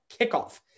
kickoff